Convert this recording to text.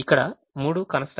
ఇక్కడ మూడు constraints ఉన్నాయి